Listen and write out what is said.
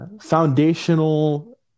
foundational